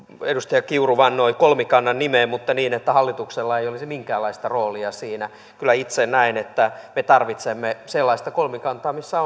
edustaja kiuru vannoi kolmikannan nimeen mutta niin että hallituksella ei olisi minkäänlaista roolia siinä kyllä itse näen että me tarvitsemme sellaista kolmikantaa missä